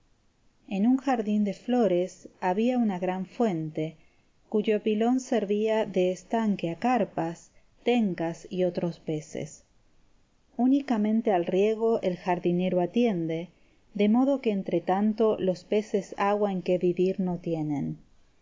en un jardín de flores había una gran fuente cuyo pilón servía de estanque a carpas tencas y otros peces únicamente al riego el jardinero atiende de modo que entre tanto los peces agua en que vivir no tienen